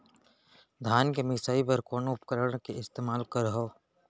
धान के मिसाई बर कोन उपकरण के इस्तेमाल करहव?